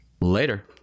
later